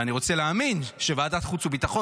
אני רוצה להאמין שוועדת החוץ והביטחון